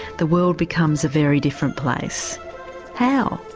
the world becomes a very different place how?